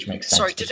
Sorry